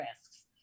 risks